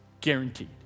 Guaranteed